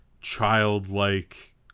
childlike